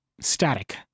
Static